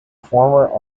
former